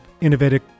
innovative